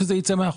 שזה יצא מהחוק.